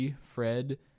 Fred